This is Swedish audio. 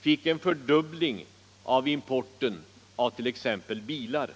fick én fördubbling av importen av t.ex. bilar.